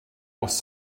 was